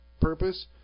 purpose